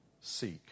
seek